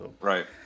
Right